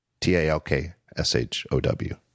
T-A-L-K-S-H-O-W